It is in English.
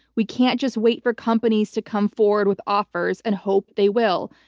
we can't just wait for companies to come forward with offers and hope they will.